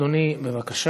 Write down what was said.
אדוני, בבקשה.